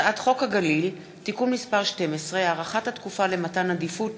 הצעת חוק הגליל (תיקון מס' 12) (הארכת התקופה למתן עדיפות